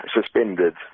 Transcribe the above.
suspended